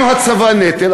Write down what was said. אם הצבא נטל,